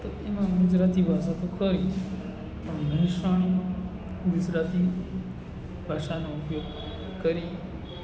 તો એમાં ગુજરાતી ભાષા તો હોય પણ મિશ્રણ ગુજરાતી ભાષાનો ઉપયોગ કરી